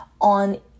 on